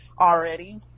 already